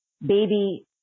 baby